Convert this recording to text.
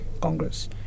Congress